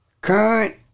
current